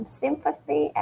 sympathy